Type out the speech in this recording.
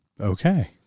Okay